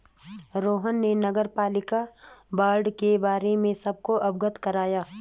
रोहन ने नगरपालिका बॉण्ड के बारे में सबको अवगत कराया